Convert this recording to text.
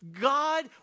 God